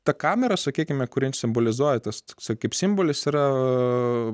ta kamera sakykime kuri simbolizuoja tas toksai kaip simbolis yra